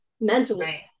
mentally